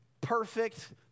perfect